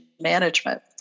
management